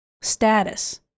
status